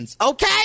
Okay